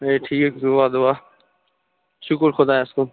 ہے ٹھیٖک دُعا دُعا شکر خۄدایَس کُن